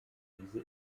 diese